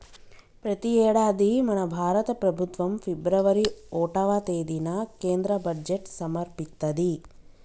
ప్రతి యేడాది మన భారత ప్రభుత్వం ఫిబ్రవరి ఓటవ తేదిన కేంద్ర బడ్జెట్ సమర్పిత్తది